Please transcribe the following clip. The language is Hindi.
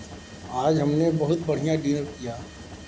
आज हमने बहुत बढ़िया डिनर किया